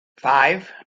five